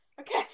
Okay